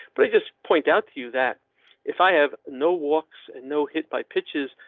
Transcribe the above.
but i just point out to you that if i have no walks and no hit by pitches,